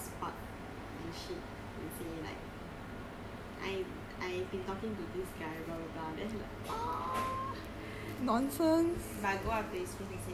like say say what like like she lost the spark and cheat and say like I I been talking to this guy blah blah blah then he like